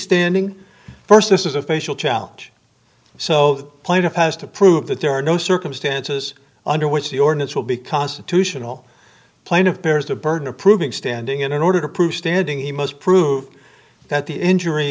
standing first this is a facial challenge so plaintiff has to prove that there are no circumstances under which the ordinance will be constitutional plain of bears the burden of proving standing in order to prove standing he must prove that the injury